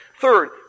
Third